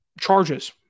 charges